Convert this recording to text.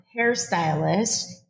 hairstylist